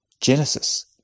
Genesis